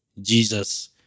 Jesus